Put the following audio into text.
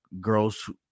girls